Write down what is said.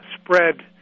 spread